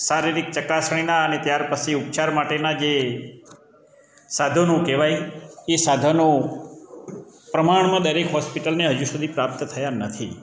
શારીરિક ચકાસણીના અને ત્યાર પછી ઉપચારના જે સાધનો કહેવાય એ સાધનો પ્રમાણમાં દરેક હોસ્પિટલમાં હજી સુધી પ્રાપ્ત થયા નથી